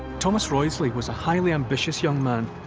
thomas wriothesley was a highly ambitious young man.